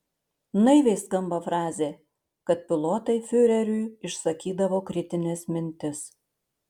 naiviai skamba frazė kad pilotai fiureriui išsakydavo kritines mintis